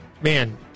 man